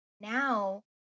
now